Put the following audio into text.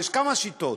יש כמה שיטות.